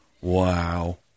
Wow